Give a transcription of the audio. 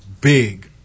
big